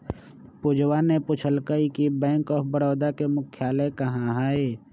पूजवा ने पूछल कई कि बैंक ऑफ बड़ौदा के मुख्यालय कहाँ हई?